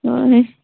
ꯍꯣꯏ